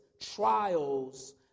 trials